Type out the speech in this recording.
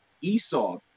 Esau